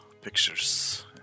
pictures